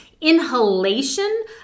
Inhalation